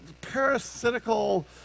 parasitical